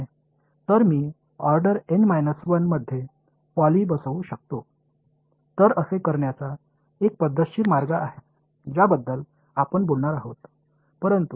எனவே நான் N 1 வரிசையின் பாலியை பொருத்த முடியும்